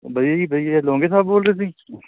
ਵਧੀਆ ਜੀ ਵਧੀਆ ਲੋਂਗੀਆ ਸਾਹਿਬ ਬੋਲ ਰਹੇ ਤੁਸੀਂ